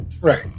right